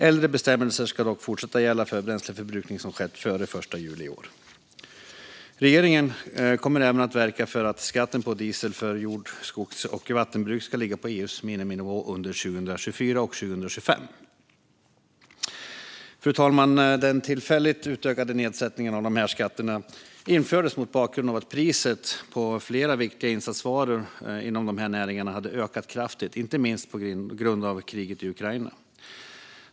Äldre bestämmelser ska dock fortfarande gälla för bränsleförbrukning som skett före den 1 juli 2023. Regeringen kommer även att verka för att skatten på diesel för jord, skogs och vattenbruk ska ligga på EU:s miniminivå under 2024 och 2025. Fru talman! Den tillfälligt utökade nedsättningen av dessa skatter infördes mot bakgrund av att priset på flera viktiga insatsvaror inom nämnda näringar hade ökat kraftigt, inte minst på grund av kriget i Ukraina.